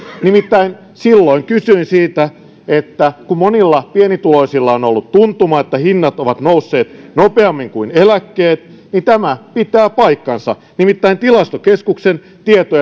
nimittäin silloin kysyin siitä että kun monilla pienituloisilla on ollut tuntuma että hinnat ovat nousseet nopeammin kuin eläkkeet niin tämä pitää paikkansa nimittäin tilastokeskuksen tieto